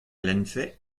lennfe